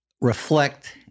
reflect